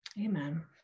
Amen